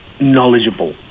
Knowledgeable